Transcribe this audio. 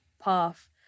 path